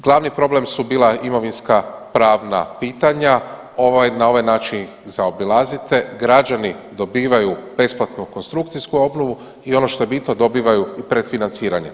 Glavni problem su bila imovinska pravna pitanja, na ovaj način ih zaobilazite, građani dobivaju besplatnu konstrukcijsku obnovu i ono što je bitno dobivaju i predfinanciranje.